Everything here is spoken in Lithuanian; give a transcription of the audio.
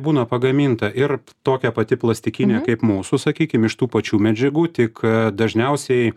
būna pagaminta ir tokia pati plastikinė kaip mūsų sakykim iš tų pačių medžiagų tik dažniausiai